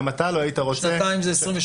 גם אתה לא היית רוצה ש --- שנתיים זה 22'-23'?